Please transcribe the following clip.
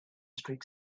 strict